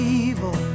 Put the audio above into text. evil